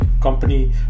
company